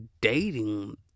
dating